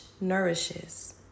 nourishes